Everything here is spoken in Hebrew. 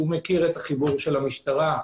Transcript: הוא מכיר את החיבור של המשטרה,